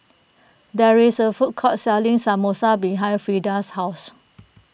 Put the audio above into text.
there is a food court selling Samosa behind Freda's house